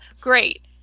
Great